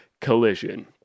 Collision